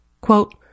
Quote